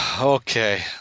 Okay